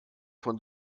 von